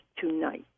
tonight